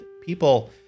people